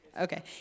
Okay